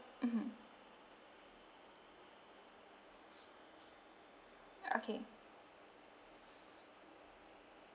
mmhmm okay